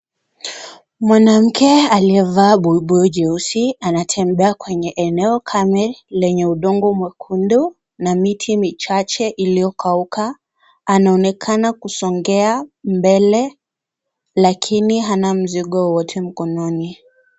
Mwanamke aliyevaa buibui jeusi anatembea kwenye eneo kame lenye udongo mwekundu na miti michache iliyokauka. Anaonekana kusongea mbele lakini hana mzigo wowote mkononi.